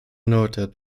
noted